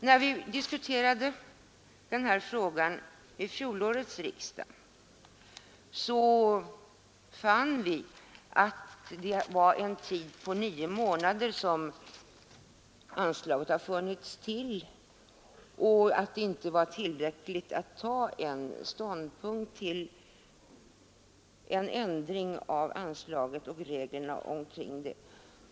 När vi diskuterade den här frågan vid fjolårets riksdag sade vi oss att de erfarenheter som vunnits under den tid av ca nio månader som anslaget funnits till inte var tillräckliga för ett ståndpunktstagande till en ändring av anslaget och reglerna kring det.